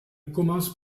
commence